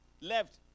left